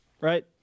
right